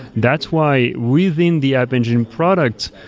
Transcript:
that's why within the app engine product,